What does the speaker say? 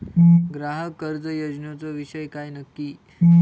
ग्राहक कर्ज योजनेचो विषय काय नक्की?